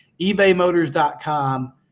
ebaymotors.com